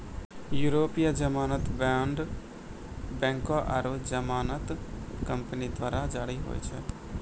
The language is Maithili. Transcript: यूरोपीय जमानत बांड बैंको आरु जमानत कंपनी द्वारा जारी होय छै